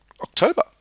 October